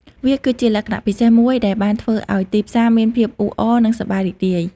វាគឺជាលក្ខណៈពិសេសមួយដែលបានធ្វើឲ្យទីផ្សារមានភាពអ៊ូអរ និងសប្បាយរីករាយ។